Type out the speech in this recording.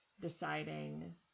deciding